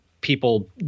people